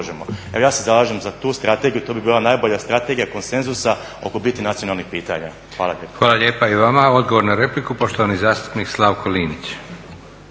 ja se zalažem za tu strategija, to bi bila najbolja strategija konsenzusa oko bitnih nacionalnih pitanja. Hvala lijepo. **Leko, Josip (SDP)** Hvala lijepo i vama. Odgovor na repliku poštovani zastupnik Slavko Linić.